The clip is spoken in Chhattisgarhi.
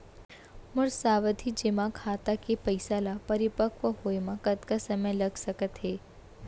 मोर सावधि जेमा खाता के पइसा ल परिपक्व होये म कतना समय लग सकत हे?